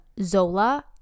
Zola